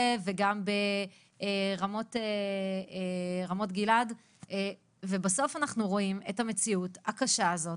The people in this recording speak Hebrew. וגם ברמות גלעד ובסוף אנחנו רואים את המציאות הקשה הזאת